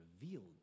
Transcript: revealed